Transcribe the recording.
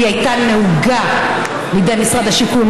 היא הייתה נהוגה במשרד השיכון.